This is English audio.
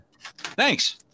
Thanks